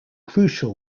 crucial